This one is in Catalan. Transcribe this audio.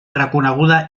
reconeguda